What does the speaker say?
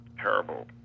terrible